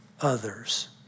others